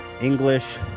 English